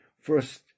first